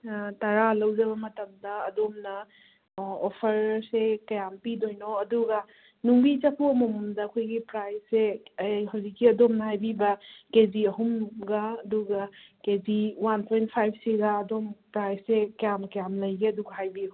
ꯇꯔꯥ ꯂꯧꯖꯕ ꯃꯇꯝꯗ ꯑꯗꯣꯝꯅ ꯑꯣꯐꯔꯁꯦ ꯀꯌꯥꯝ ꯄꯤꯗꯣꯏꯅꯣ ꯑꯗꯨꯒ ꯅꯨꯡꯕꯤ ꯆꯐꯨ ꯑꯃꯃꯝꯗ ꯑꯩꯈꯣꯏꯒꯤ ꯄ꯭ꯔꯥꯏꯁꯁꯦ ꯍꯧꯖꯤꯛꯀꯤ ꯑꯗꯣꯝꯅ ꯍꯥꯏꯕꯤꯕ ꯀꯦ ꯖꯤ ꯑꯍꯨꯝꯒ ꯑꯗꯨꯒ ꯀꯦ ꯖꯤ ꯋꯥꯟ ꯄꯣꯏꯟ ꯐꯥꯏꯚꯁꯤꯒ ꯑꯗꯣꯝꯒꯤ ꯄ꯭ꯔꯥꯏꯁꯁꯦ ꯀꯌꯥꯝ ꯀꯌꯥꯝ ꯂꯩꯒꯦ ꯑꯗꯨ ꯍꯥꯏꯕꯤꯌꯨ